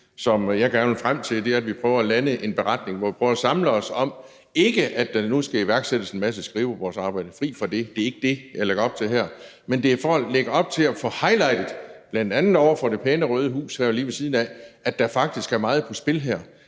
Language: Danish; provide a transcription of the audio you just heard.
det, jeg gerne vil frem til: at vi prøver at lande en beretning, hvor vi prøver at samle os om det her – ikke at der nu skal iværksættes en masse skrivebordsarbejde, lad os blive fri for det, det er ikke det, jeg lægger op til her. Men det er for at lægge op til at få highlightet, bl.a. over for det pæne røde hus her lige ved siden af, at der faktisk er meget på spil;